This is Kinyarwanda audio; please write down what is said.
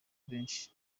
benshi